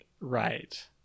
Right